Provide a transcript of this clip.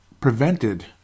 prevented